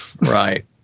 Right